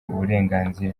uburenganzira